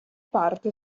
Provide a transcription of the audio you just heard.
parte